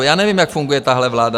Já nevím, jak funguje tahle vláda.